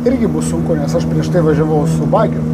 irgi bus sunku nes aš prieš tai važiavau su bagiu